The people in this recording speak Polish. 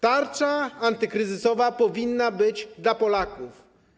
Tarcza antykryzysowa powinna być dla Polaków.